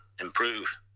improve